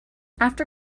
after